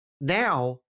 now